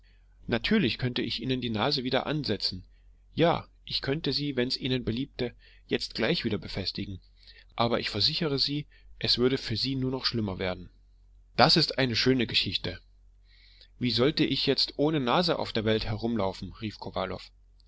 natürlich könnte ich ihnen die nase wieder ansetzen ja ich könnte sie wenn's ihnen beliebte jetzt gleich wieder befestigen aber ich versichere sie es würde für sie nur noch schlimmer werden das ist eine schöne geschichte wie sollte ich ohne nase auf der welt herumlaufen rief